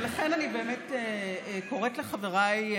ולכן אני באמת קוראת לחבריי,